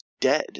dead